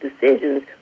decisions